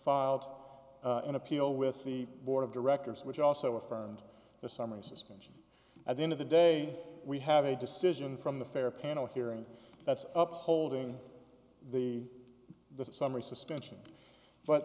filed an appeal with the board of directors which also affirmed the summary suspension at the end of the day we have a decision from the fair panel hearing that's up holding the summary suspension but